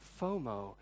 FOMO